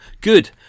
good